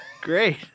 Great